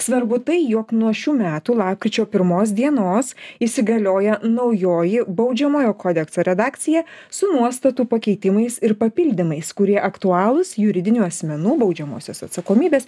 svarbu tai jog nuo šių metų lapkričio pirmos dienos įsigalioja naujoji baudžiamojo kodekso redakcija su nuostatų pakeitimais ir papildymais kurie aktualūs juridinių asmenų baudžiamosios atsakomybės